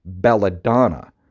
Belladonna